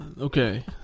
Okay